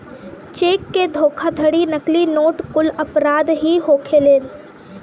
check के धोखाधड़ी, नकली नोट कुल अपराध ही होखेलेन